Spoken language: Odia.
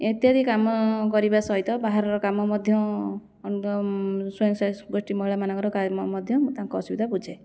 ଇତ୍ୟାଦି କାମ କରିବା ସହିତ ବାହାରର କାମ ମଧ୍ୟ ସ୍ୱୟଂ ସହାୟକ ଗୋଷ୍ଠୀ ମହିଳାମାନଙ୍କର କାମ ମଧ୍ୟ ମୁଁ ତାଙ୍କ ଅସୁବିଧା ବୁଝେ